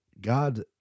God